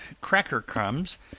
cracker-crumbs